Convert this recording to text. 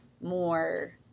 more